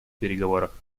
переговорах